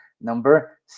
number